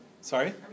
Sorry